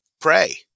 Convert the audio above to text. pray